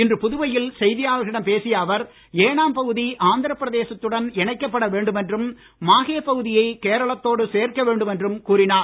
இன்று புதுவையில் செய்தியாளர்களிடம் பேசிய அவர் ஏனாம் பகுதி ஆந்திர பிரதேசத்துடன் இணைக்கப்பட வேண்டும் என்றும் மாஹே பகுதியை கேரளத்தோடு சேர்க்க வேண்டும் என்றும் கூறினார்